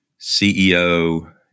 CEO